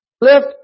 lift